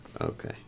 Okay